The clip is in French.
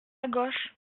gauche